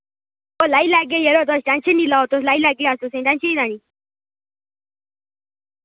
ओ लाई लैगे यरो तुस टैंशन नी लाओ तुस लाई लैगे अस तुसें टैंशन नी लैनी